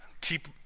keep